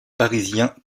parisiens